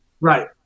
Right